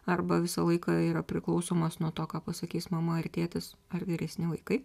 arba visą laiką yra priklausomas nuo to ką pasakys mama ar tėtis ar vyresni vaikai